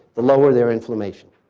the lower their inflammation.